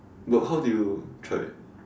but how do you try